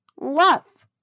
love